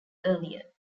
earlier